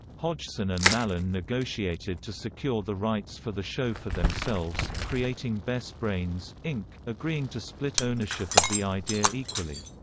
hodgson and mallon negotiated to secure the rights for the show for themselves, creating best brains, inc, agreeing to split ownership of the idea equally.